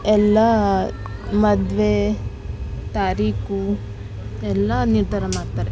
ಎಲ್ಲ ಮದುವೆ ತಾರೀಖು ಎಲ್ಲ ನಿರ್ಧಾರ ಮಾಡ್ತಾರೆ